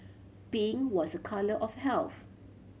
pink was a colour of health